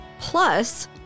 plus